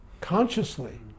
consciously